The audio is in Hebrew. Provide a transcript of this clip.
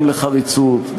גם לחריצות,